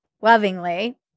lovingly